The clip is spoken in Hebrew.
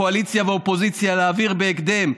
קואליציה ואופוזיציה, להעביר בהקדם?